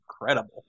incredible